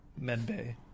medbay